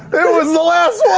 it was the last